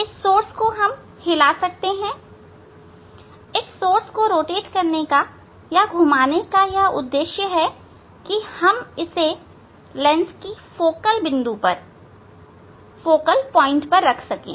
इस स्त्रोत को हम हिला सकते हैं इस स्त्रोत को घुमाने का यह उद्देश्य है कि हम इसे लेंस की फोकल बिंदु पर रख सकें